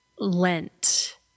lent